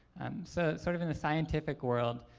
so sort of in the scientific world,